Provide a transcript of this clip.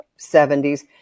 70s